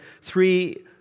three